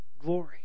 Glory